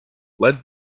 led